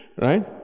right